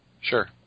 Sure